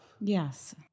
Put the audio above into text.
Yes